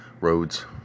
roads